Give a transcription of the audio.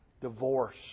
Divorce